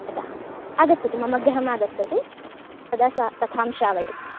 अतः आगच्छतु मम गृहम् आगच्छतु तदा सा कथां श्रावयति